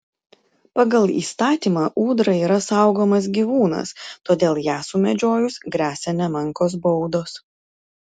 pagal įstatymą ūdra yra saugomas gyvūnas todėl ją sumedžiojus gresia nemenkos baudos